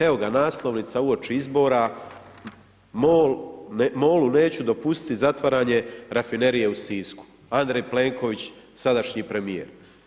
Evo ga, naslovnica uoči izbora „MOL-u neću dopustiti zatvaranje Rafinerije u Sisku“, Andrej Plenković, sadašnji premijer.